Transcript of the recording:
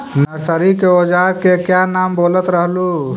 Nursery के ओजार के क्या नाम बोलत रहलू?